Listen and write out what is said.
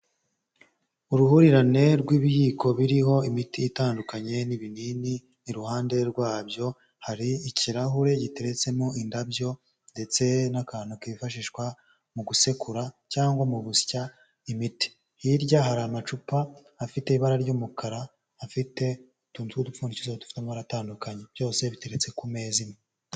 Uruhurirane rw'ibiyiko biriho imiti itandukanye n'ibinini, iruhande rwabyo hari ikirahure giteretsemo indabyo ndetse n'akantu kifashishwa mu gusekura cyangwa mu gusya imiti, hirya hari amacupa afite ibara ry'umukara, afite utuntu tw'udupfundikizo dufite amabara atandukanye byose biterutse ku meza.